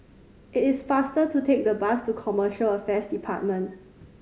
it is faster to take the bus to Commercial Affairs Department